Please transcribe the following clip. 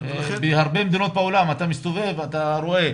בהרבה מדינות בעולם אתה מסתובב ורואה,